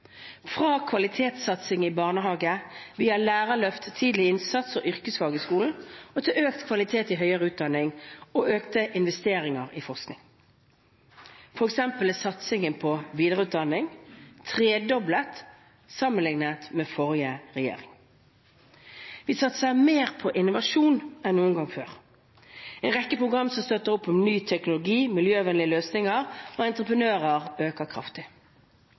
fra kvalitetssatsing i barnehage, via lærerløft, tidlig innsats og yrkesfag i skolen og til økt kvalitet i høyere utdanning og økte investeringer i forskning. For eksempel er satsingen på videreutdanning tredoblet sammenlignet med under forrige regjering. Vi satser mer på innovasjon enn noen gang før. En rekke programmer som støtter opp om ny teknologi, miljøvennlige løsninger og entreprenører, øker kraftig.